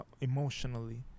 emotionally